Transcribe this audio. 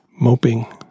moping